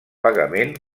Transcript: pagament